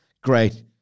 Great